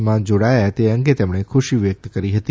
માં જોડાયા તે અંગે તેમણે ખુશી વ્યક્ત કરી હતી